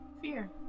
Fear